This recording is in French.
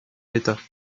l’état